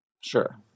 Sure